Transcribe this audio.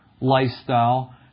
lifestyle